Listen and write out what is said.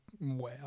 Wow